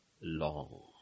long